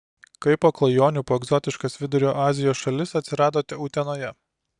kaip po klajonių po egzotiškas vidurio azijos šalis atsiradote utenoje